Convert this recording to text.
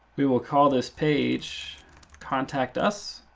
we will call this page contact us.